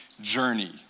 journey